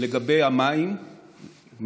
לגבי מי התהום